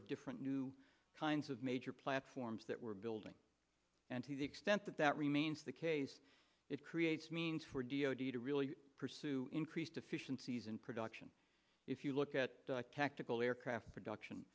of different new kinds of major platforms that we're building and to the extent that that remains the case it creates means for d o d to really pursue increased efficiencies and production if you look at tactical aircraft